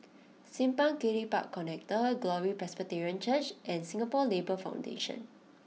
Simpang Kiri Park Connector Glory Presbyterian Church and Singapore Labour Foundation